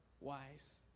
wise